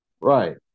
right